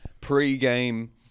pre-game